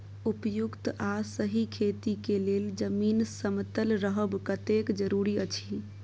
उपयुक्त आ सही खेती के लेल जमीन समतल रहब कतेक जरूरी अछि?